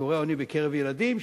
שיעורי העוני בקרב ילדים,